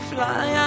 Fly